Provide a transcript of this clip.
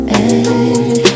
end